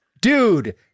Dude